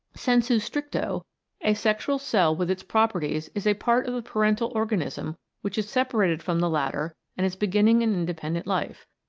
sensu stricto a sexual cell with its properties is a part of the parental organism which is separated from the latter and is beginning an independent life.